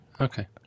okay